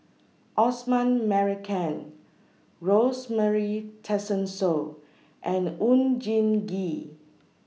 Osman Merican Rosemary Tessensohn and Oon Jin Gee